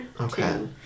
Okay